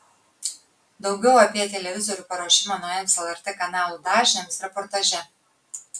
daugiau apie televizorių paruošimą naujiems lrt kanalų dažniams reportaže